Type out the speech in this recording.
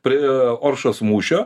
prie oršos mūšio